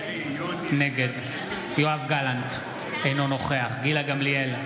נגד יואב גלנט, אינו נוכח גילה גמליאל,